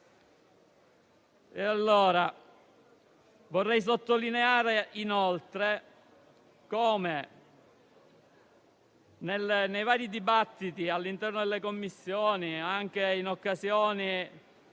norme. Vorrei sottolineare inoltre come nei vari dibattiti all'interno delle Commissioni, anche in occasione